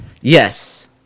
Yes